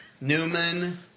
Newman